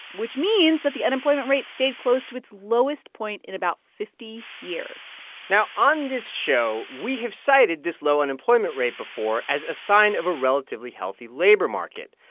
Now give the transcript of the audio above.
which means that the unemployment rate stayed close to its lowest point in about fifty years now on this show, we have cited this low unemployment rate before as a sign of a relatively healthy labor market.